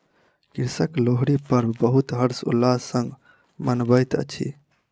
कृषक लोहरी पर्व बहुत हर्ष उल्लास संग मनबैत अछि